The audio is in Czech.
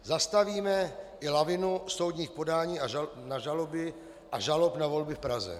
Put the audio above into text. Zastavíme i lavinu soudních podání na žaloby a žalob na volby v Praze.